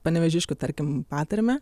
panevėžiškių tarkim patarmę